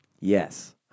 yes